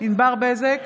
ענבר בזק,